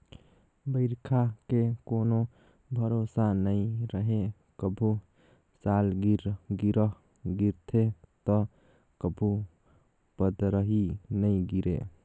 बइरखा के कोनो भरोसा नइ रहें, कभू सालगिरह गिरथे त कभू पंदरही नइ गिरे